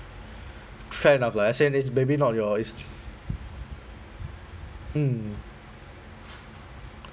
fair enough like I said this maybe not your is mm